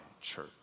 church